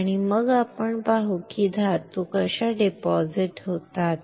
आणि मग आपण पाहू की धातू कशा जमा होतात